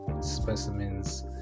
specimens